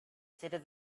stated